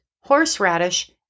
horseradish